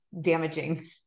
damaging